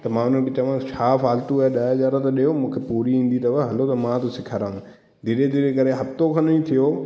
त मां उन्हनि खे चयोमांसि छा फ़ालतूअ जा ॾह हज़ार था ॾियो मूंखे पूरी ईंदी अथव हलो त मां थो सेखारियां धीरे धीरे करे हफ़्तो खनु ई थियो